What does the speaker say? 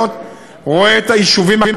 רואה את הערים הגדולות,